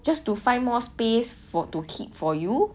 just to find more space for to keep for you